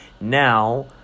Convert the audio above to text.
now